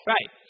Right